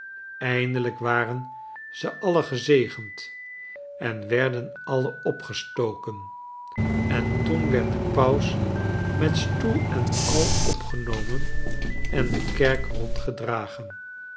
eindelijk waren ze alle gezegend en werden alle opgestoken en toen werd de paus met stoel en al opgenomen en de kerk